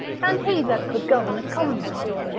and he that could govern a commonwealth,